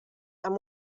amb